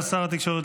שר התקשורת,